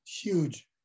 huge